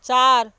চার